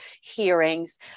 hearings